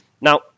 Now